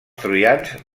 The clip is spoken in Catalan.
troians